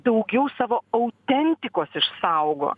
daugiau savo autentikos išsaugo